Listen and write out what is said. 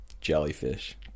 Jellyfish